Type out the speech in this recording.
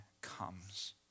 comes